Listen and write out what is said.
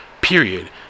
Period